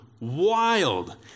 wild